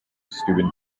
steuben